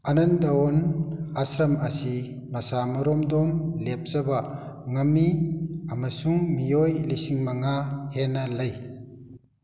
ꯑꯅꯟꯗꯋꯟ ꯑꯥꯁ꯭ꯔꯝ ꯑꯁꯤ ꯃꯁꯥ ꯃꯔꯣꯝꯗꯣꯝ ꯂꯦꯞꯆꯕ ꯉꯝꯏ ꯑꯃꯁꯨꯡ ꯃꯤꯑꯣꯏ ꯂꯤꯁꯤꯡ ꯃꯉꯥ ꯍꯦꯟꯅ ꯂꯩ